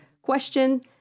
Question